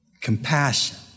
compassion